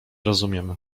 rozumiem